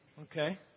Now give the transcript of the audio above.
Okay